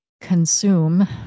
consume